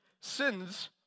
sins